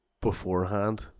beforehand